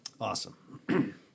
Awesome